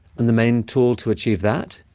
and the main tool to achieve that?